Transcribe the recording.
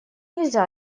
нельзя